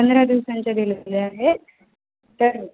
पंधरा दिवसांचे दिलेले आहेत तर